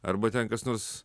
arba ten kas nors